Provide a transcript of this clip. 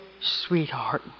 sweetheart